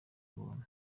ubuntu